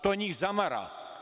To njih zamara.